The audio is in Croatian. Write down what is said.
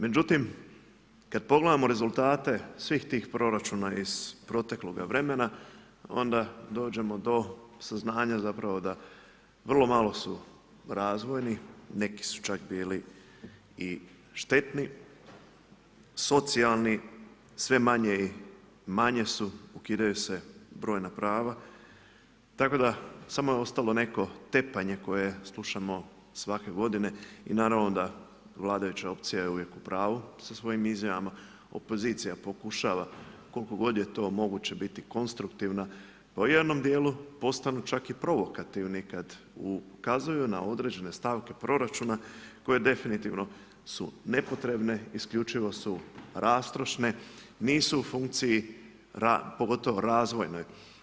Međutim, kada pogledamo rezultate svih tih proračuna iz protekloga vremena, onda dođemo do saznanja da vrlo malo su razvojni, neki su čak bili i štetni, socijalni, sve manje i manje su, ukidaju se brojna prava, tako da samo je ostalo neko tepanje koje slušamo svake g. i naravno da vladajuća opcija je uvijek u pravu sa svojim izjavama, opozicija pokušava koliko god je to moguće biti konstruktivna, u jednom dijelu postanu čak i provokativni, kada ukazuju na određene stavke proračuna i koje definitivno su nepotrebne, isključivo su rastrošne, nisu u funkciji, pogotovo razvojne.